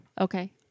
Okay